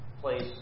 place